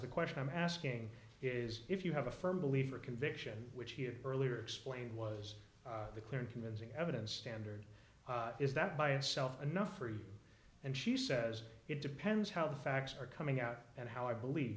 the question i'm asking is if you have a firm believer conviction which he had earlier explained was the clear and convincing evidence standard is that by itself enough for you and she says it depends how the facts are coming out and how i believe